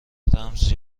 رمز